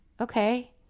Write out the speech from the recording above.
okay